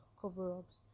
cover-ups